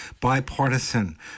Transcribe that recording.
bipartisan